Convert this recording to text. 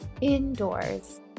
indoors